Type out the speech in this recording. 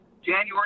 january